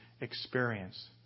experience